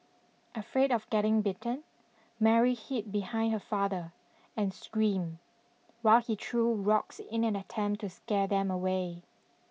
afraid of getting bitten Mary hid behind her father and screamed while he threw rocks in an attempt to scare them away